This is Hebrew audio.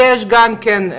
לא, יש גם כן.